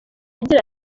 agira